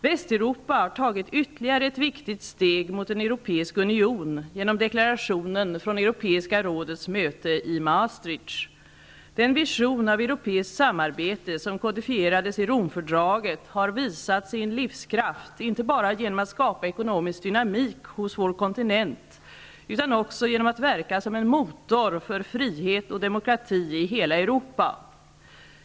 Västeuropa har tagit ytterligare ett viktigt steg mot en europeisk union genom deklarationen från Europeiska rådets möte i Maastricht. Den vision av europeiskt samarbete som kodifierades i Romfördraget har visat sin livskraft inte bara genom att skapa ekonomisk dynamik hos vår kontinent, utan också genom att verka som en motor för frihet och demokrati i hela Europa.